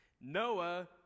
Noah